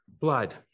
blood